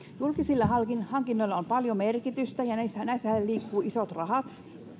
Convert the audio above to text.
julkisilla hankinnoilla on paljon merkitystä ja näissähän näissähän liikkuu isot rahat